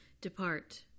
Depart